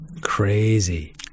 Crazy